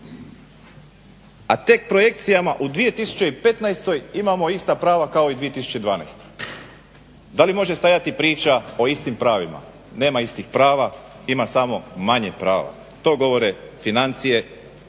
a tek projekcijama u 2015. imamo ista prava kao i 2012. Da li može stajati priča o istim pravima? Nema istih prava, ima samo manje prava. To govore financije,